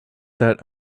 that